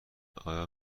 آیا